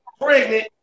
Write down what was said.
pregnant